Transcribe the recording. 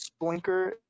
Splinker